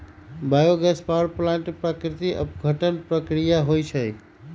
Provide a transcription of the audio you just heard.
bio gas power plant में प्राकृतिक अपघटन प्रक्रिया होइ छइ